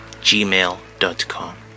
gmail.com